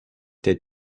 der